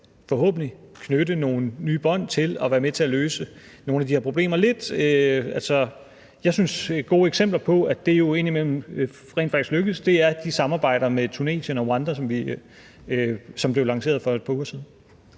forhåbentlig kan knytte nogle nye bånd i forhold til at være med til at løse nogle af de her problemer. Nogle eksempler, jeg synes er gode, på, at det jo indimellem rent faktisk lykkes, er de samarbejder med Tunesien og Rwanda, som blev lanceret for et par uger siden.